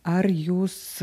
ar jūs